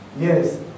Yes